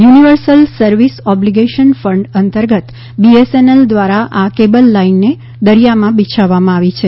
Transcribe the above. universal service obligation fund અંતર્ગત BSNL દ્વારા આ કેબલ લાઇનને દરિયામાં બીછાવવામાં આવી છે